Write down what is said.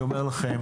אני אומר לכם.